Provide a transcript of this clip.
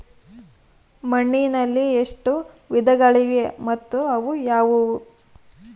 ಮಣ್ಣಿನಲ್ಲಿ ಎಷ್ಟು ವಿಧಗಳಿವೆ ಮತ್ತು ಅವು ಯಾವುವು?